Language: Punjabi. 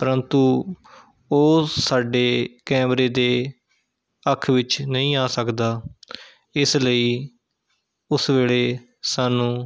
ਪਰੰਤੂ ਉਹ ਸਾਡੇ ਕੈਮਰੇ ਦੇ ਅੱਖ ਵਿੱਚ ਨਹੀਂ ਆ ਸਕਦਾ ਇਸ ਲਈ ਉਸ ਵੇਲੇ ਸਾਨੂੰ